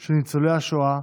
של ניצולי השואה,